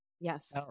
Yes